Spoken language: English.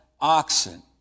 oxen